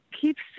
keeps